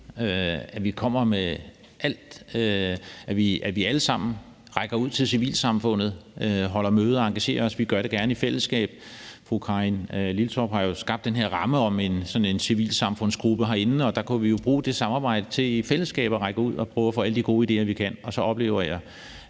at vi kommer med alt, at vi alle sammen rækker ud til civilsamfundet, holder møder og engagerer os. Vi gør det gerne i fællesskab. Fru Karin Liltorp har jo skabt den her ramme om sådan en civilsamfundsgruppe herinde, og der kunne vi jo bruge det samarbejde til i fællesskab at række ud og prøve at få alle de gode idéer, vi kan. Og så oplever jeg,